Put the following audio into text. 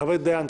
חבר הכנסת דיין,